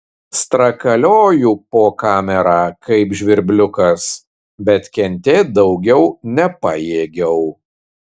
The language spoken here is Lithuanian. strakalioju po kamerą kaip žvirbliukas bet kentėt daugiau nepajėgiau